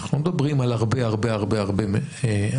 אנחנו לא מדברים על הרבה הרבה הרבה אנשים,